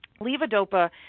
Levodopa